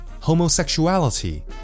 homosexuality